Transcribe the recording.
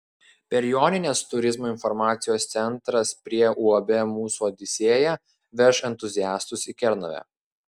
per jonines turizmo informacijos centras prie uab mūsų odisėja veš entuziastus į kernavę